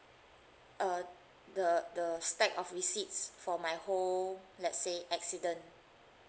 uh the the stack of receipts for my whole let's say accident